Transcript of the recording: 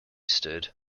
stood